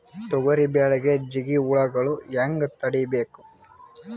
ತೊಗರಿ ಬೆಳೆಗೆ ಜಿಗಿ ಹುಳುಗಳು ಹ್ಯಾಂಗ್ ತಡೀಬೇಕು?